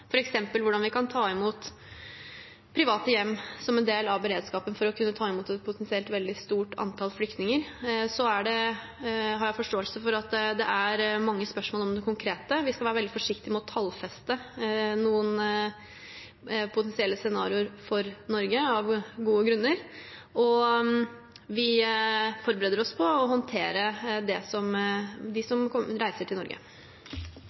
hvordan private hjem kan være en del av beredskapen for å kunne ta imot et potensielt veldig stort antall flyktninger. Så har jeg forståelse for at det er mange spørsmål om det konkrete. Vi skal være veldig forsiktige med å tallfeste noen potensielle scenarioer for Norge, av gode grunner, og vi forbereder oss på å håndtere dem som reiser til Norge.